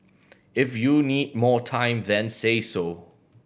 if you need more time then say so